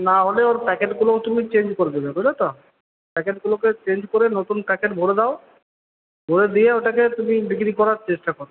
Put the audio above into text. না হলে ওর প্যাকেটগুলো তুমি চেঞ্জ করে দেবে বুঝেছো প্যাকেটগুলোকে চেঞ্জ করে নতুন প্যাকেট ভরে দাও ভরে দিয়ে ওটাকে তুমি বিক্রি করার চেষ্টা করো